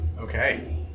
Okay